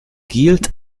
gilt